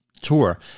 tour